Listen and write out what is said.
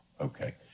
okay